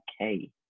okay